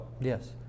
Yes